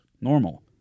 normal